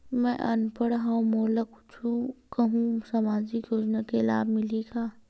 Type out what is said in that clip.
मैं अनपढ़ हाव मोला कुछ कहूं सामाजिक योजना के लाभ मिलही का?